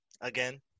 again